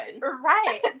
right